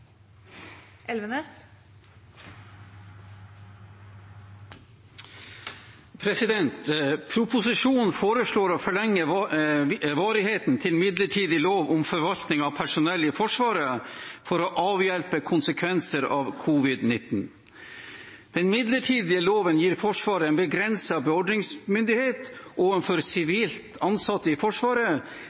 i proposisjonen å forlenge varigheten til midlertidig lov om forvaltning av personell i Forsvaret for å avhjelpe konsekvenser av covid-19. Den midlertidige loven gir Forsvaret en begrenset beordringsmyndighet overfor sivilt tilsatte i Forsvaret